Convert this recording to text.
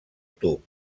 tub